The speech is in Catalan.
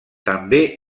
també